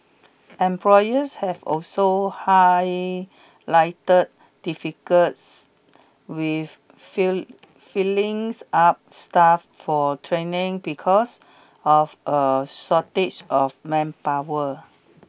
employers have also highlighted difficulties with freeings up staff for training because of a shortage of manpower